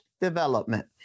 development